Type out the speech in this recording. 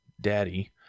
Daddy